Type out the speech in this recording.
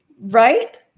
right